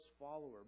follower